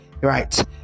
right